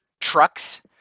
trucks